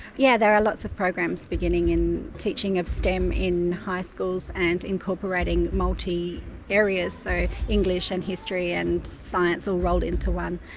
yeah, there are lots of programs beginning in teaching of stem in high schools and incorporating multi areas, so english and history and science all rolled into one,